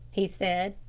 he said.